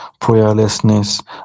prayerlessness